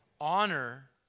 Honor